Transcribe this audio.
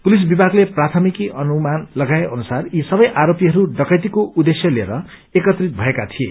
police विभागते प्राथमिक अनुमान लगाए अनुसार यी सबै आरोपीहरू डकैतीको उद्देश्य लिएर एकत्रित भएका थिए